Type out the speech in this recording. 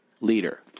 leader